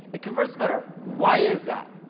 it converts better. why is that?